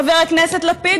חבר הכנסת לפיד,